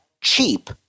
cheap